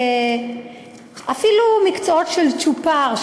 אפילו מקצועות של צ'ופר,